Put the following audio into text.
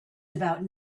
about